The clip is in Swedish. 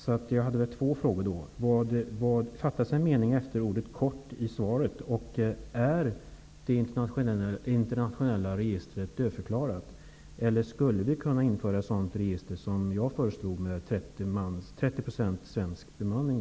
Jag har alltså två frågor. Den ena gäller om det fattas en rad i slutet av svaret efter orden inom kort. Den andra är: Är det internationella registret dödförklarat, eller skulle vi kunna införa ett sådant register som jag föreslog med 30 % svensk bemanning?